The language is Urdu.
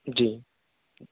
جی